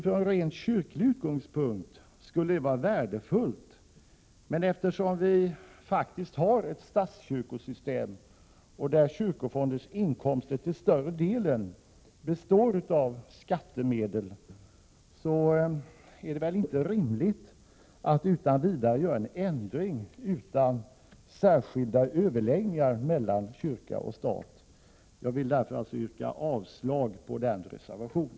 Från rent kyrklig utgångspunkt skulle det naturligtvis vara värdefullt, men eftersom vi faktiskt har ett statskyrkosystem där kyrkofondens inkomster till större delen består av skattemedel, är det väl inte rimligt att utan vidare göra en ändring utan särskilda överläggningar mellan kyrka och stat. Jag vill därför yrka avslag på denna reservation.